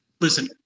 listen